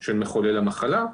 של מחולל המחלה.